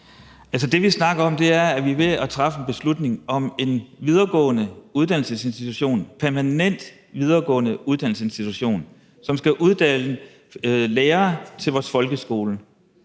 det, vi snakker om, er, at vi er ved at træffe en beslutning om en videregående uddannelsesinstitution, en permanent videregående uddannelsesinstitution, som skal uddanne lærere til vores folkeskole.